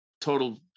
Total